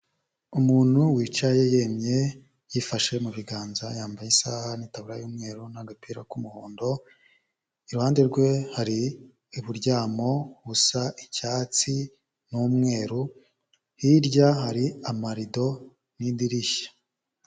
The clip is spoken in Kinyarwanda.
Umuntu wicaye yemye yifashe mu biganza yambaye isahan n'itubura y'umweru n'agapira k'umuhondo, iruhande rwe hari iburyamo busa icyatsi n'umweru, hirya hari amarido n'idirishya.